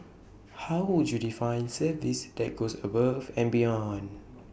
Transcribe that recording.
how would you define service that goes above and beyond